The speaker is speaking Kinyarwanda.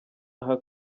aha